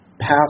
pass